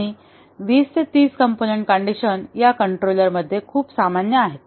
आणि 20 30 component condition या कंट्रोलरमध्ये खूप सामान्य आहेत